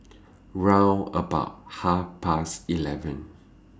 round about Half Past eleven